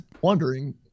wondering